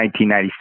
1996